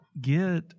get